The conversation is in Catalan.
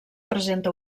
presenta